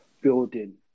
building